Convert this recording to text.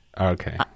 Okay